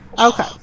okay